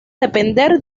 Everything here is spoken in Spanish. depender